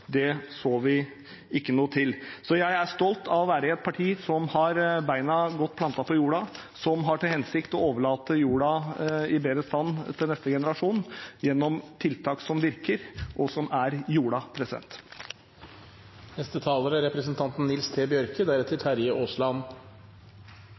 Det så vi ikke noe til. Jeg er stolt av å være i et parti som har beina godt plantet på jorda, som har til hensikt å overlate jorda i bedre stand til neste generasjon, gjennom tiltak som virker, og som er